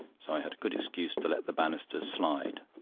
so i had a good excuse to let the banisters slide.